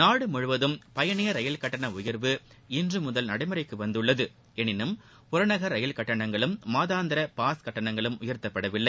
நாடு முழுவதும் பயணியர் ரயில் கட்டண உயர்வு இன்று முதல் நடைமுறைக்கு வந்துள்ளது எனினும் புறநகர் ரயில் கட்டணங்களும் மாதாந்திர பாஸ் கட்டணங்களும் உயர்த்தப்படவில்லை